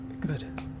Good